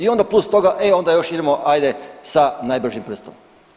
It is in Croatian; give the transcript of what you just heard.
I onda plus toga e onda još idemo hajde sa najbržim prstom.